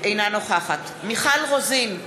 אינה נוכחת מיכל רוזין,